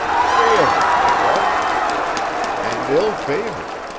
three of them, they was and ill-favored.